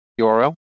URL